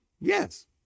Yes